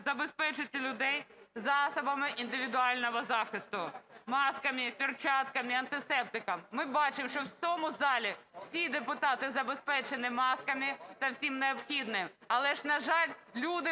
забезпечити людей засобами індивідуального захисту: масками, перчатками, антисептиком. Ми бачимо, що в цьому залі всі депутати забезпечені масками та всім необхідним. Але ж, на жаль, люди